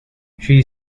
she